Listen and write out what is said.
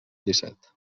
disset